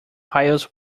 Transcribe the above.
piles